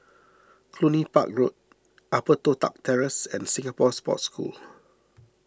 Cluny Park Road Upper Toh Tuck Terrace and Singapore Sports School